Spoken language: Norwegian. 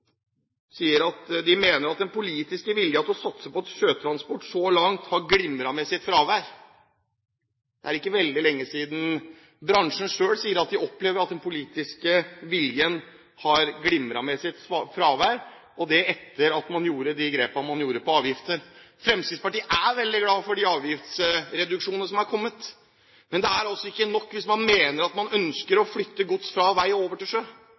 langt har glimra med sitt fråvær». Det er ikke veldig lenge siden bransjen selv sier at de opplever at den politiske viljen har glimret med sitt fravær, og det etter at man tok de grepene man tok på avgifter. Fremskrittspartiet er veldig glad for de avgiftsreduksjonene som er kommet, men det er altså ikke nok hvis man mener at man ønsker å flytte gods fra vei og over til sjø.